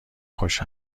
خوش